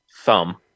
thumb